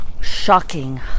shocking